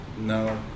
No